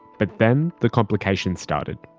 but then the complications started.